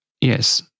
Yes